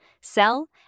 sell